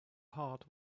heart